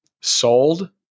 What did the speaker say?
Sold